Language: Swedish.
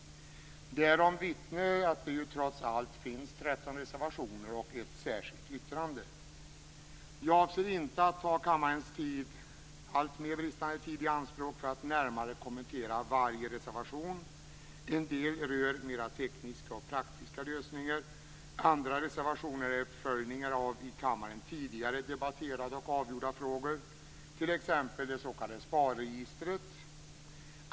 Därom vittnar de 13 reservationerna och det särskilda yttrandet. Jag avser inte att ta kammarens alltmer bristande tid i anspråk för att närmare kommentera varje reservation. En del rör mer tekniska och praktiska lösningar. Andra reservationer är uppföljningar av i kammaren tidigare debatterade och avgjorda frågor, t.ex. det s.k. SPAR-registret.